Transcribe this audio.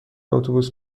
اتوبوس